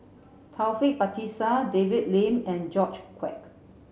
Taufik Batisah David Lim and George Quek